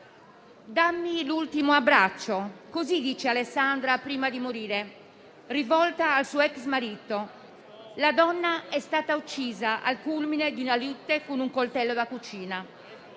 «Dammi l'ultimo abbraccio»: così ha detto Alessandra prima di morire, rivolta al suo ex marito. La donna è stata uccisa al culmine di una lite con un coltello da cucina.